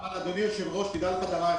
אדוני היושב ראש, דע לך דבר אחד.